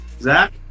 Zach